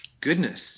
Goodness